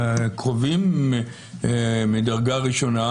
קרובים מדרגה ראשונה